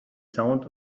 sound